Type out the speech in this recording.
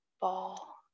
ball